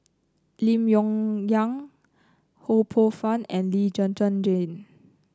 Lim Yong Liang Ho Poh Fun and Lee Zhen Zhen Jane